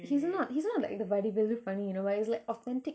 he's not he's not like the vadivelu funny you know but it's like authentic